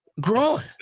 growing